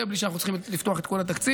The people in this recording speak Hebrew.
בלי שאנחנו צריכים לפתוח את כל התקציב,